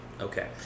Okay